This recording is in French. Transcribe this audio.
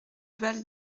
val